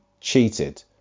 cheated